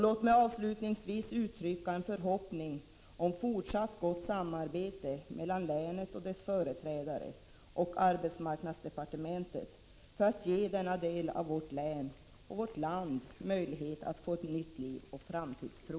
Låt mig avslutningsvis uttrycka en förhoppning om fortsatt gott samarbete mellan länet och dess företrädare och arbetsmarknadsdepartementet, för att ge denna del av vårt län och vårt land möjlighet att få ett nytt liv och framtidstro.